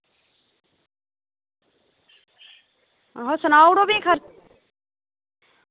आं सनाई ओड़ो भी